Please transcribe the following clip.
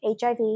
HIV